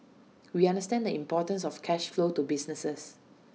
we understand the importance of cash flow to businesses